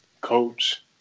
Coach